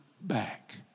back